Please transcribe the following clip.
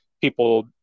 people